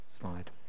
slide